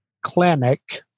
clinic